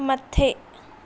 मथे